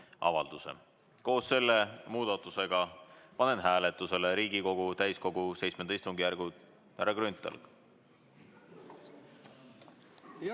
Koos selle muudatusega panen hääletusele Riigikogu täiskogu VII istungjärgu ...Härra Grünthal.